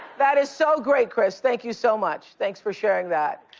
that is so great, krys. thank you so much. thanks for sharing that.